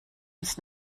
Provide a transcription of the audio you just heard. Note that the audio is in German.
uns